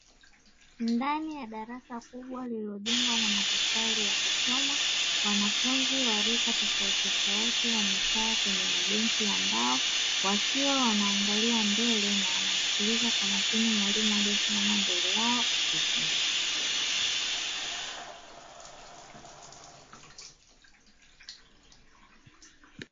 Ndani ya darasa kubwa lililojengwa na matofali ya kuchoma wanafunzi wa rika tofauti tofauti wamekaa kwenye mabenchi ya mbao, wakiwa wanaangalia mbele na wanasikiliza kwa makini mwalimu aliyesimama mbele yao akiwafundisha.